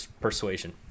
persuasion